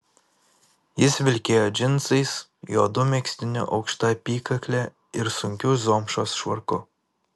jis vilkėjo džinsais juodu megztiniu aukšta apykakle ir sunkiu zomšos švarku